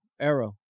Arrow